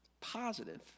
positive